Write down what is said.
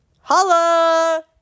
Holla